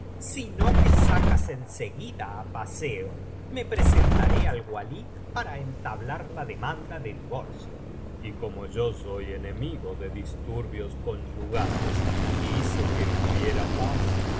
si no me sacas en seguida á paseo me presentaré al walí para entablar la demanda de divorcio y como soy enemigo de disturbios conyugales quise que hubiera paz